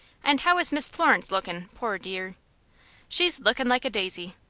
and how is miss florence lookin', poor dear she's lookin' like a daisy.